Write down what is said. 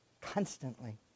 constantly